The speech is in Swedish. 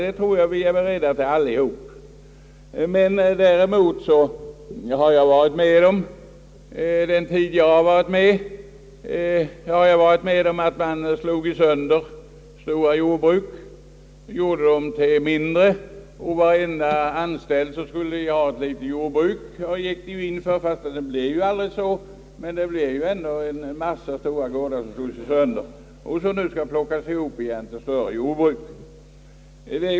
Jag tror att vi alla är beredda att vidta sådana åtgärder. Jag har emellertid varit med om den tiden, då man slog sönder de stora jordbruken till mindre enheter. Varenda anställd skulle ha ett litet jordbruk, ehuru det inte blev så. En massa stora gårdar slogs dock sönder, som nu skall plockas ihop igen till större jordbruk.